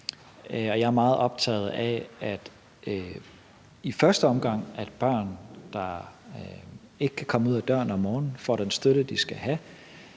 Jeg er meget optaget af i første omgang, at børn, der ikke kan komme ud af døren om morgenen, får den støtte, de skal have.